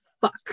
fuck